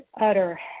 utter